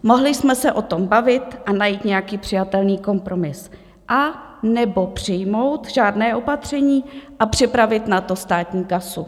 Mohli jsme se o tom bavit a najít nějaký přijatelný kompromis, anebo přijmout řádné opatření a připravit na to státní kasu.